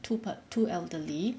two per two elderly